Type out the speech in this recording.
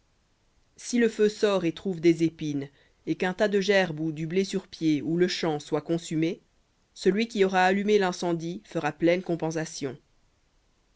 si le feu sort et trouve des épines et qu'un tas de gerbes ou du blé sur pied ou le champ soit consumé celui qui aura allumé l'incendie fera pleine compensation